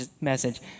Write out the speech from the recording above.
message